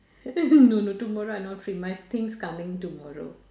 no no tomorrow I not free my things coming tomorrow